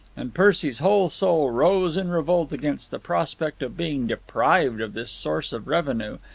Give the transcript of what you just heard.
and percy's whole soul rose in revolt against the prospect of being deprived of this source of revenue,